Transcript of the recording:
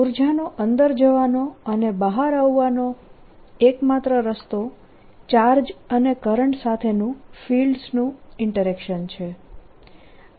ઉર્જાનો અંદર જવાનો અને બહાર આવવાનો એક માત્ર રસ્તો ચાર્જ અને કરંટ સાથેનું ફિલ્ડ્સનું ઈન્ટરેક્શન છે